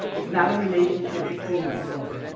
it's not a relationship between equals.